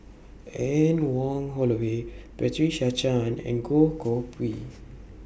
Anne Wong Holloway Patricia Chan and Goh Koh Pui